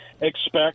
expect